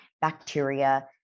bacteria